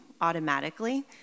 automatically